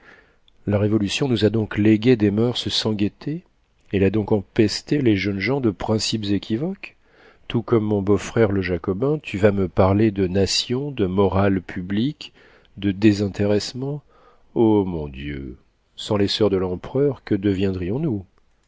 la révolution nous a donc légué des moeurs sans gaieté elle a donc empesté les jeunes gens de principes équivoques tout comme mon beau-frère le jacobin tu vas me parler de nation de morale publique de désintéressement o mon dieu sans les soeurs de l'empereur que deviendrions-nous